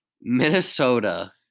Minnesota